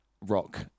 rock